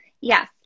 Yes